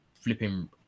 flipping